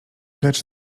lecz